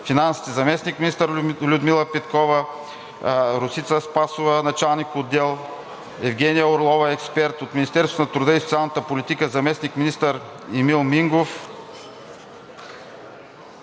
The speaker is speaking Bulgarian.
финансите: заместник-министър Людмила Петкова, Росица Спасова – началник-отдел, и Евгения Орлова – експерт; от Министерството на труда и социалната политика: заместник-министър Емил Мингов,